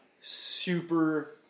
super